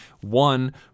One